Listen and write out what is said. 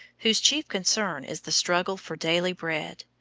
whose chief concern is the struggle for daily bread.